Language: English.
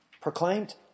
proclaimed